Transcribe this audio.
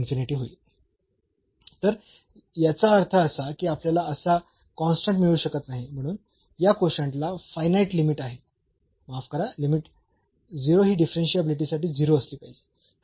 तर याचा अर्थ असा की आपल्याला असा कॉन्स्टंट मिळू शकत नाही म्हणून या कोशंट ला फायनाईट लिमिट ओह माफ करा लिमिट 0 ही डिफरन्शियाबिलिटी साठी 0 असली पाहिजे